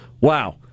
wow